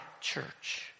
church